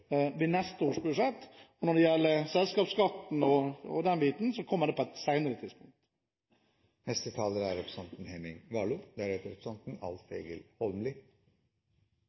neste års budsjett. Når det gjelder selskapsskatten og den biten, kommer det på et senere tidspunkt.